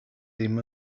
ddim